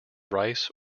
rice